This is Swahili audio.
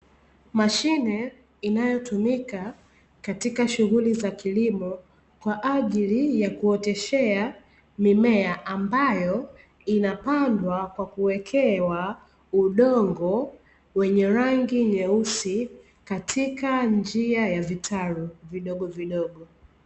Mashine inayotumika katika shughuli za kilimo kwa ajili ya kuoteshea mimea, ambayo inapandwa kwa kuwekewa udongo wenye rangi nyeusi, katika njia ya vitalu vidogovidogo.